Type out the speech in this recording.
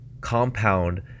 compound